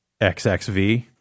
XXV